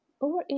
over